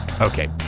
Okay